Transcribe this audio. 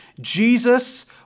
Jesus